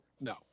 no